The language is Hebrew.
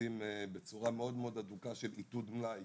עובדים בצורה מאוד מאוד הדוקה של צמצום מלאי,